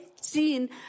seen